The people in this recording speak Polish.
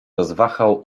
rozwahał